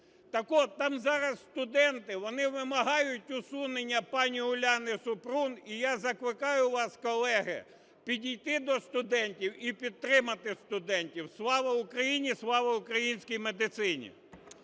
там зараз студенти, вони вимагають усунення пані Уляни Супрун. І я закликаю вас, колеги, підійти до студентів і підтримати студентів. Слава Україні! Слава українській медицині!